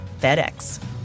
FedEx